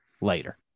later